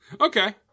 Okay